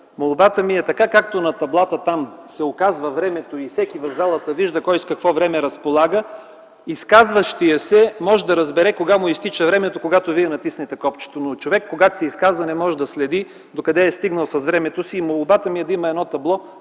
изказванията: така както на таблата се показва времето и всеки в залата вижда кой с какво време разполага, изказващият се да може да разбере кога му изтича времето, а не когато натиснете копчето. Когато човек се изказва, не може да следи докъде е стигнал с времето си. Молбата ми е да има едно табло